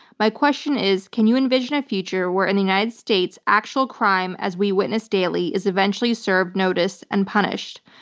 my question is, can you envision a future where in the united states, actual crime as we witness daily is eventually served notice and punished?